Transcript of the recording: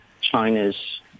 China's